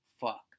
fuck